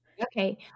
okay